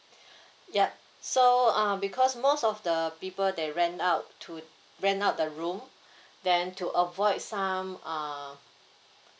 yup so uh because most of the people they rent out to rent out the room then to avoid some uh